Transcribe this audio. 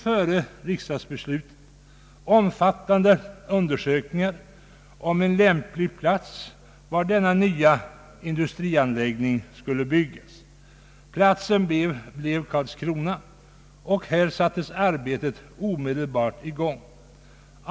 Före riksdagsbeslutet gjordes omfattande undersökningar om en lämplig plats för denna nya industrianläggning. Platsen blev Karlskrona, och där sattes arbetet omedelbart i gång.